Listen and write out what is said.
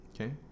Okay